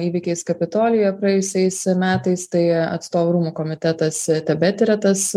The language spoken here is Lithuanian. įvykiais kapitolijuje praėjusiais metais tai atstovų rūmų komitetas tebetiria tas